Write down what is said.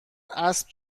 اسب